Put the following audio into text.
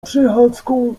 przechadzką